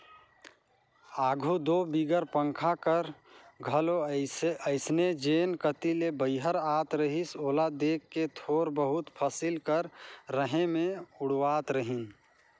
आघु दो बिगर पंखा कर घलो अइसने जेन कती ले बईहर आत रहिस ओला देख के थोर बहुत फसिल कर रहें मे उड़वात रहिन